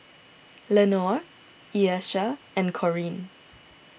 Lenore Ieshia and Corine